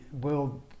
world